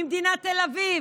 ממדינת תל אביב,